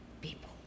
people